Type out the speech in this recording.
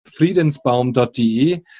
friedensbaum.de